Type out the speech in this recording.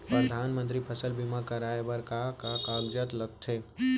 परधानमंतरी फसल बीमा कराये बर का का कागजात लगथे?